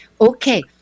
Okay